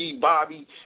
Bobby